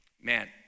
Man